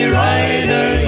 rider